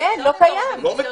הוא לא קיים.